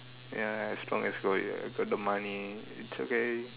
ya as long as got it uh got the money it's okay